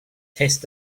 tastes